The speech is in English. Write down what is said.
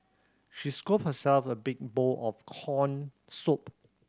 she scooped herself a big bowl of corn soup